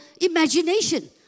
imagination